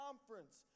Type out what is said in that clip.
Conference